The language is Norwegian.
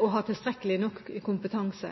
å ha tilstrekkelig kompetanse.